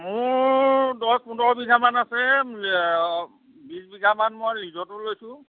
মোৰ দহ পোন্ধৰ বিঘামান আছে বিছ বিঘামান মই লিজতো লৈছোঁ